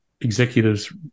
executives